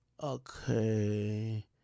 Okay